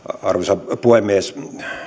arvoisa puhemies